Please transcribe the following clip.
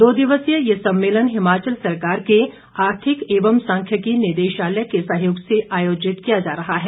दो दिवसीय ये सम्मेलन हिमाचल सरकार के आर्थिक एवं सांख्यिकी निदेशालय के सहयोग से आयोजित किया जा रहा है